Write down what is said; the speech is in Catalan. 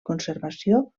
conservació